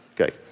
Okay